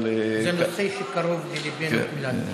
זה נושא שקרוב לליבנו, כולנו.